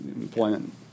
employment